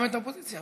אבל